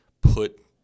put